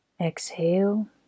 Exhale